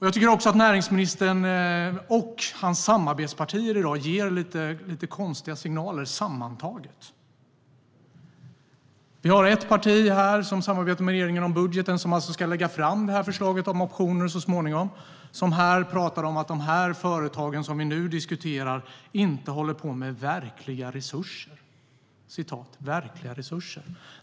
Jag tycker att näringsministern och hans samarbetspartier i dag ger lite konstiga signaler, sammantaget. Vi har ett parti som samarbetar med regeringen om budgeten, som alltså ska lägga fram förslaget om optioner så småningom, som här pratar om att de företag som vi nu diskuterar inte håller på med verkliga resurser. Jag citerar: verkliga resurser.